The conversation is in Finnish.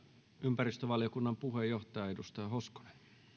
ympäristövaliokunnan puheenjohtaja edustaja hoskonen